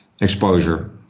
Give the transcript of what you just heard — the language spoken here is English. exposure